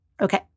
Okay